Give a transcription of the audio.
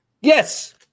Yes